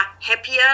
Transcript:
happier